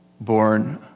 born